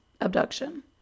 abduction